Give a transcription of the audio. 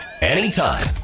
anytime